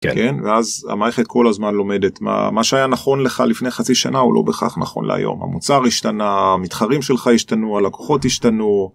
כן ואז המערכת כל הזמן לומדת מה מה שהיה נכון לך לפני חצי שנה הוא לא בכך נכון להיום, המוצר השתנה, המתחרים שלך השתנו, הלקוחות שלך השתנו.